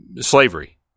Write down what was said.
slavery